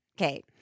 okay